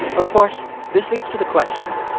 of course, this leads to the question,